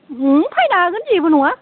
फैनो हागोन जेबो नङा